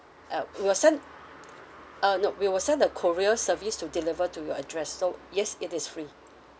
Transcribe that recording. and we'll send uh no we will send the courier service to deliver to your address so yes it is free